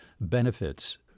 benefits